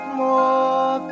more